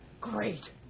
great